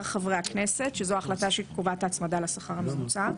חברי הכנסת" -- 2023 זאת ההחלטה שקובעת את ההצמדה לשכר הממוצע.